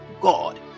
god